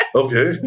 okay